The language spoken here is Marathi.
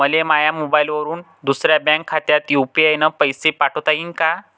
मले माह्या मोबाईलवरून दुसऱ्या बँक खात्यात यू.पी.आय न पैसे पाठोता येईन काय?